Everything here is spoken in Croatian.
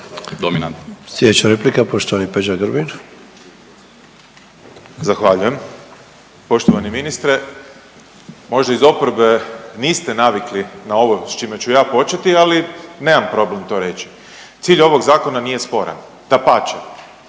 (HDZ)** Sljedeća replika poštovani Peđa Grbin. **Grbin, Peđa (SDP)** Zahvaljujem poštovani ministre. Možda iz oporbe niste navikli na ovo s čime ću ja početi, ali nemam problem to reći. Cilj ovog zakona nije sporan. Dapače,